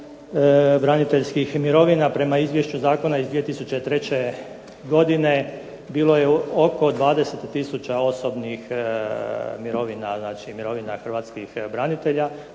broja braniteljskih mirovina. Prema izvješću zakona iz 2003. godine bilo je oko 20000 osobnih mirovina, znači mirovina hrvatskih branitelja